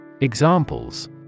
Examples